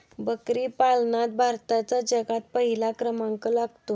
बकरी पालनात भारताचा जगात पहिला क्रमांक लागतो